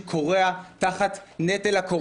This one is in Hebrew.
שקורע תחת נטל הקורונה.